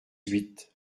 huit